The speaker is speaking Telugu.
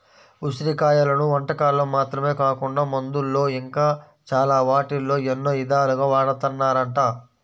ఉసిరి కాయలను వంటకాల్లో మాత్రమే కాకుండా మందుల్లో ఇంకా చాలా వాటిల్లో ఎన్నో ఇదాలుగా వాడతన్నారంట